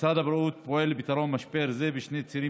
משרד הבריאות פועל לפתרון משבר זה בשני צירים